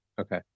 Okay